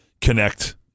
connect